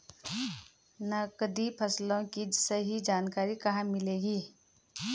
नकदी फसलों की सही जानकारी कहाँ मिलेगी?